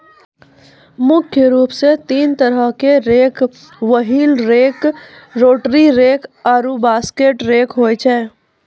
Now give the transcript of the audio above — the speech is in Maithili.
मुख्य रूप सें तीन तरहो क rake wheel rake, rotary rake आरु बास्केट रेक होय छै